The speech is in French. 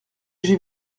j’ai